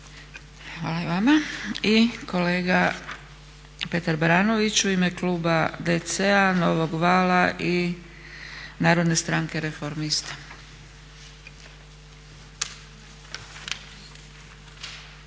Hvala i vama. I kolega Petar Baranović u ime kluba DC-a Novog vala i Narodne stranke reformista.